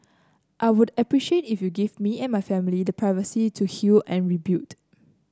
I would appreciate if you give me and my family the privacy to heal and rebuild